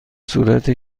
صورت